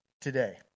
today